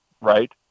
right